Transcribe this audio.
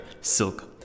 silk